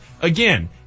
Again